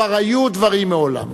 כבר היו דברים מעולם.